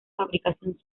fabricación